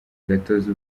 gatozi